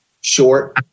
short